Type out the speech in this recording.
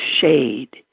shade